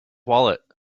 wallet